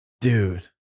Dude